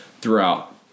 throughout